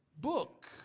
book